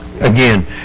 Again